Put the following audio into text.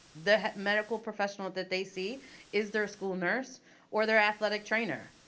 the medical professionals that they see is their school nurse or their athletic trainer.